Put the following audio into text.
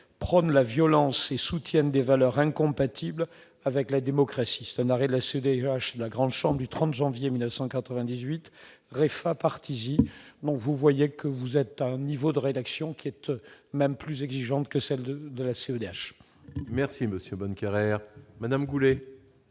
prône la violence et soutiennent des valeurs incompatibles avec la démocratie, c'est un arrêt de la CDH la grande forme du 30 janvier 1998 Réf à participer, donc vous voyez que vous êtes un niveau de rédaction qui êtes même plus exigeante que celle de de la CEDH. Merci Monsieur, bonne Carrère Madame Goulet.